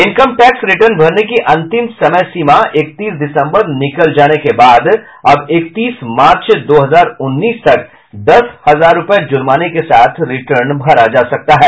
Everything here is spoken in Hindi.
इनकम टैक्स रिटर्न भरने की अंतिम समयसीमा इकतीस दिसंबर निकलने के बाद अब इकतीस मार्च दो हजार उन्नीस तक दस हजार रूपये जुर्माने के साथ रिटर्न भरा जा सकता है